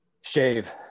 Shave